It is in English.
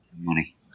money